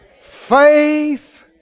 faith